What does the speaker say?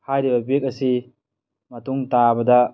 ꯍꯥꯏꯔꯤꯕ ꯕꯦꯛ ꯑꯁꯤ ꯃꯇꯨꯡ ꯇꯥꯕꯗ